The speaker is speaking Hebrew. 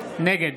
נגד